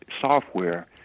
software